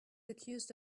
accused